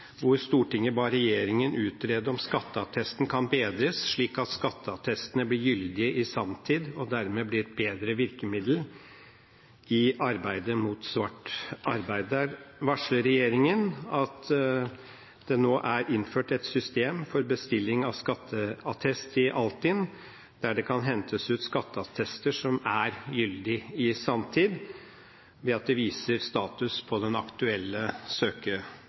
hvor Stortinget ber regjeringen «utrede om skatteattesten kan bedres, slik at skatteattestene blir gyldige i sanntid og dermed blir et bedre virkemiddel i arbeidet mot svart» arbeid. Regjeringen varsler at det nå er innført et system for bestilling av skatteattest i Altinn, der det kan hentes ut skatteattester som er gyldig i sanntid, ved at det viser status på den aktuelle